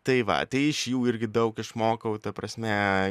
tai va tai iš jų irgi daug išmokau ta prasme